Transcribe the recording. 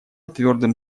твердым